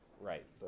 Right